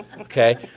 Okay